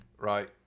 Right